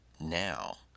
now